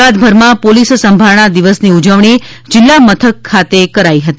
ગુજરાતભરમાં પોલિસ સંભારણા દિવસની ઉજવણી જિલ્લા મથક ખાતે કરાઈ હતી